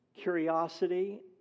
curiosity